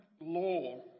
law